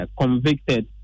convicted